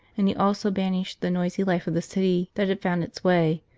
and he also banished the noisy life of the city that had found its way,